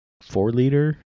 four-liter